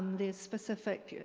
the specific